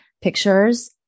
pictures